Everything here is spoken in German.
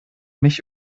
mich